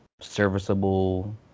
serviceable